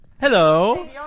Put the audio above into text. hello